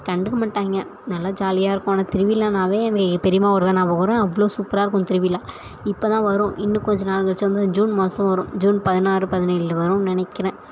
கண்டுக்க மாட்டாங்க நல்லா ஜாலியாக இருக்கும் ஆனால் திருவிழானாவே எங்கள் பெரியம்மா ஊர் தான் ஞாபகம் வரும் அவ்வளோ சூப்பராக இருக்கும் திருவிழா இப்போ தான் வரும் இன்னும் கொஞ்சம் நாள் கழிச்சி வந்து ஜூன் மாதம் வரும் ஜூன் பதினாறு பதினேழுல வரும்னு நினைக்கிறேன்